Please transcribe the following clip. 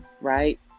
right